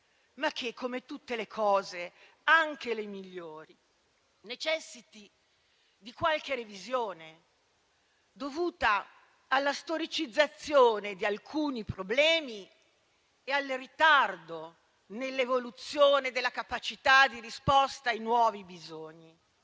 ma che, come tutte le cose, anche le migliori, necessiti di qualche revisione dovuta alla storicizzazione di alcuni problemi e al ritardo nell'evoluzione della capacità di risposta ai nuovi bisogni.